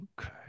okay